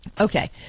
Okay